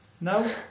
No